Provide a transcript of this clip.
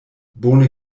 bone